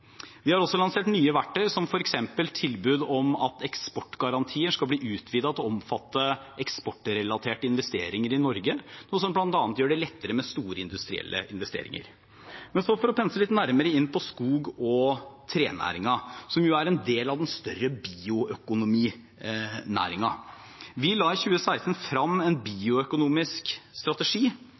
Vi har også lansert nye verktøy, som f.eks. tilbud om at eksportgarantier skal bli utvidet til å omfatte eksportrelaterte investeringer i Norge, noe som bl.a. gjør det lettere med storindustrielle investeringer. Jeg vil nå pense litt nærmere inn på skog- og trenæringen, som jo er en del av den større bioøkonominæringen. Vi la i 2016 frem en bioøkonomisk strategi